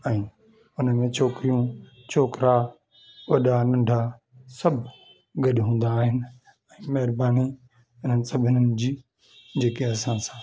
ऐं उन्हनि में छोकिरियूं छोकिरा वॾा नंढा सभु गॾु हूंदा आहिनि ऐं महिरबानी इन्हनि सभिनीनि जी जेके असां सां